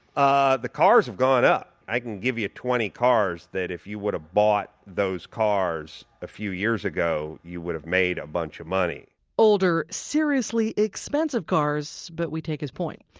ah the cars have gone up. i can give you twenty cars that if you would've bought those cars a few years ago, you would've made a bunch of money older, seriously expensive cars, but we take his point.